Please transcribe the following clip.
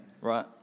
Right